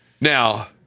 Now